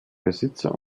besitzer